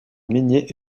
minier